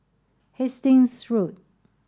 Hastings Road